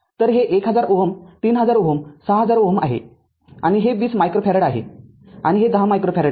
तर हे १००० ओहम ३००० ओहम६००० ओहम आहेआणि हे २० मायक्रो फॅरेड आहे आणि हे १० मायक्रो फॅरेड आहे